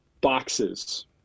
boxes